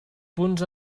punts